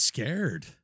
Scared